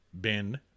bin